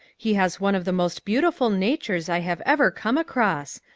he has one of the most beautiful natures i have ever come across.